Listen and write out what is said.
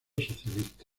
socialista